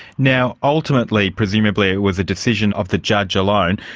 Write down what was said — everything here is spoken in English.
now ultimately, presumably it was a decision of the judge alone,